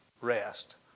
rest